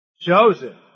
Joseph